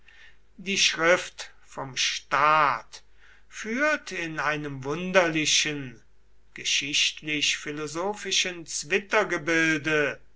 die schrift vom staat führt in einem wunderlichen geschichtlich philosophischen